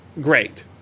great